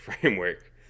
framework